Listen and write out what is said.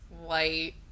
white